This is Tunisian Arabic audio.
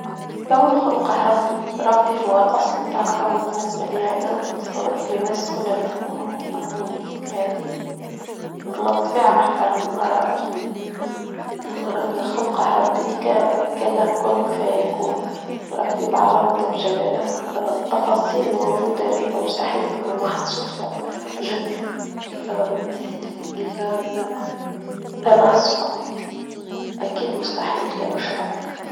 الكون خلقه ربي، ربي هو الأصل متاع الكون بالنسبة لي أنا وبنتصور لي الناس كلها لازم يكونوا مقتعين بالفكرة هذه أنا بطبيعة أحترم آراء الآخرين الخلقه ربي كالقن فيكون ربي بعظمته بجلاله التفاصيل الموجودة هاذيك كمستحيل تكون ما حد صدفة جد التناسق أكيد مستحيل كان مش ربي.